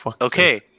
Okay